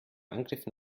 angriffen